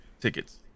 tickets